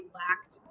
lacked